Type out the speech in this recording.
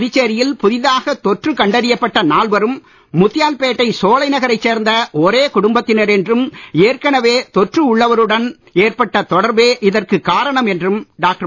புதுச்சேரி யில் புதிதாக தொற்று கண்டறியப்பட்ட நால்வரும் முத்தியால்பேட் சோலைநகரைச் சேர்ந்த ஒரே குடும்பத்தினர் என்றும் ஏற்கனவே தொற்று உள்ளவருடன் ஏற்பட்ட தொடர்பே இதற்குக் காரணம் என்றும் டாக்டர்